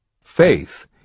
Faith